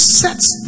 sets